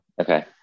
Okay